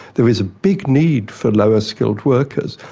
there is a big need for lower skilled workers,